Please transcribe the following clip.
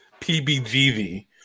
PBGV